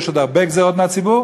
יש עוד הרבה גזירות על הציבור,